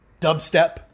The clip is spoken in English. dubstep